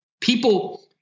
people –